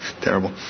Terrible